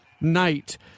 night